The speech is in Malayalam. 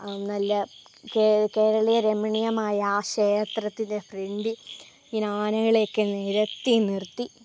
ആ നല്ല കേ കേരളീയ രമണീയമായ ആ ക്ഷേത്രത്തിൻ്റെ ഫ്രണ്ടിൽ ഇങ്ങനെ ആനകളെയൊക്കെ നിരത്തി നിർത്തി